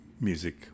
music